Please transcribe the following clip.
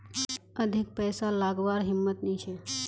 अधिक पैसा लागवार हिम्मत नी छे